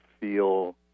feel